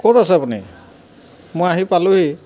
ক'ত আছে আপুনি মই আহি পালোহি